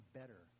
better